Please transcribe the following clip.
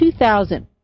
2000